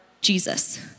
Jesus